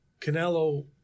Canelo